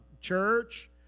Church